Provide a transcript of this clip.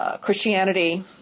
Christianity